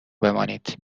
بمانید